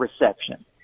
reception